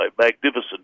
Magnificent